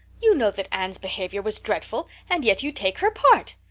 you know that anne's behavior was dreadful, and yet you take her part!